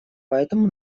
поэтому